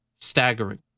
Staggering